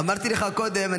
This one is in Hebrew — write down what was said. -- אמרתי לך קודם,